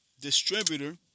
distributor